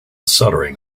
soldering